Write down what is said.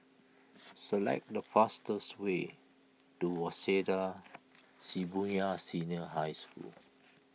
select the fastest way to Waseda Shibuya Senior High School